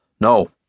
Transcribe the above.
No